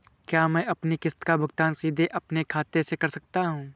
क्या मैं अपनी किश्त का भुगतान सीधे अपने खाते से कर सकता हूँ?